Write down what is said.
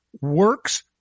works